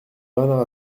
bernard